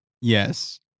Yes